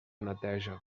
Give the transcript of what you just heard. neteja